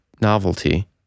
novelty